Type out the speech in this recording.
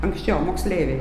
anksčiau moksleiviai